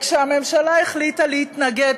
כשהממשלה החליטה להתנגד,